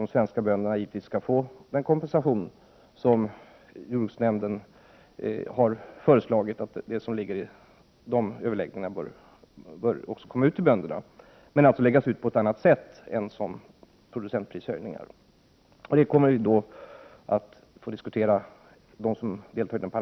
1988/89:95 en kompensation, men den bör läggas ut på ett annat sätt än som 12 april 1989 producentprishöjningar.